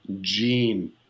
Gene